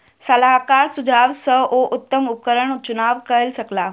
सलाहकारक सुझाव सॅ ओ उत्तम उपकरणक चुनाव कय सकला